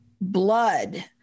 blood